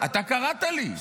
אתה קראת לי.